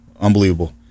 unbelievable